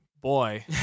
boy